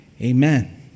amen